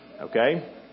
Okay